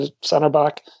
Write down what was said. centre-back